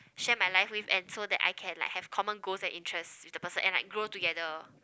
share my life with and so that I can like have common goals and interest with the person and like grow together